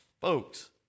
Folks